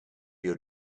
your